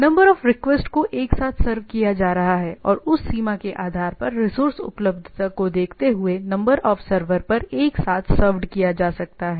number of request no of request को एक साथ सर्व किया जा रहा है और उस सीमा के आधार पर रिसोर्स उपलब्धता को देखते हुए number of server no of servers पर एक साथ सर्वड किया जा सकता है